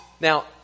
Now